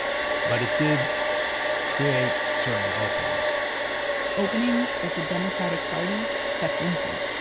but it did create certain openings openings that the democratic party stepped into.